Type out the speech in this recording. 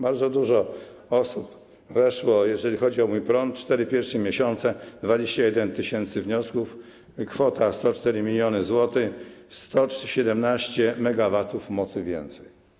Bardzo dużo osób weszło, jeżeli chodzi o „Mój prąd” cztery pierwsze miesiące - 21 tys. wniosków, kwota 104 mln zł, 117 MW mocy więcej.